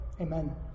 Amen